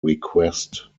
request